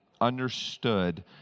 understood